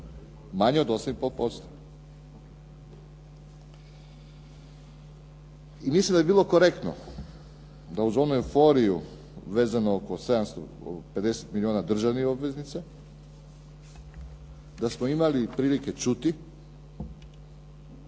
manje od 8,5%. Mislim da bi bilo korektno da uz onu euforiju vezano oko 750 milijuna državnih obveznica, da smo imali prilike čuti